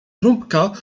trąbka